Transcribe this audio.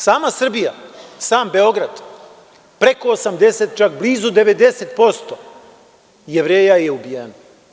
Sama Srbija, sam Beograd preko 80 čak blizu 90% Jevreja je ubijeno.